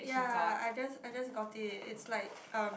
ya I just I just got it it's like um